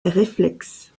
réflexe